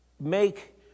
make